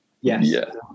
yes